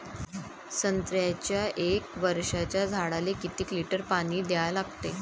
संत्र्याच्या एक वर्षाच्या झाडाले किती लिटर पाणी द्या लागते?